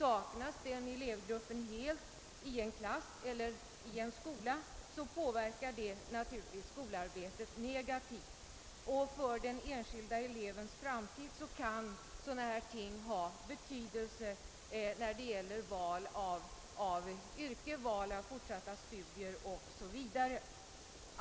Om den elevgruppen saknas helt i en klass eller i en skola påverkar detta naturligtvis skolarbetet negativt. För den enskilde elevens framtid kan sådana ting ha betydelse när det gäller val av yrke, val av fortsatta studier 0. S. V.